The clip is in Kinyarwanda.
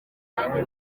nanjye